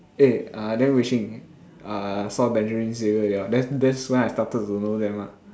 eh uh then Wei-Shin uh saw Benjamin Xavier they all then that's when I started to know them ah